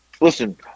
Listen